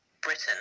Britain